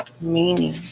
meaning